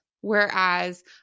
whereas